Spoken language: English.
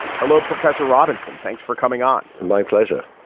hello professor robinson. thanks for coming on. my pleasure.